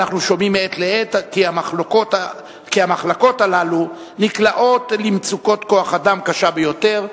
אנחנו שומעים מעת לעת כי המחלקות הללו נקלעות למצוקת כוח-אדם קשה ביותר,